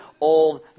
old